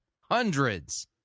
Hundreds